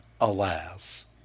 alas